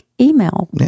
Email